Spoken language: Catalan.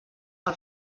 pel